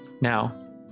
Now